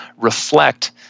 reflect